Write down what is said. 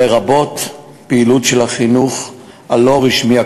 לרבות פעילות של החינוך הלא-רשמי,